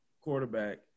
quarterback